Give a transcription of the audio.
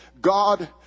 God